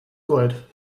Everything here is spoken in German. gold